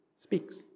speaks